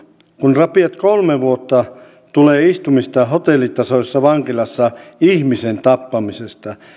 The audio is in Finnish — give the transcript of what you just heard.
kun rapiat kolme vuotta tulee istumista hotellitasoisessa vankilassa ihmisen tappamisesta